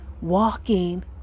walking